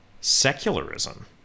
secularism